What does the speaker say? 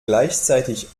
gleichzeitig